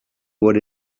what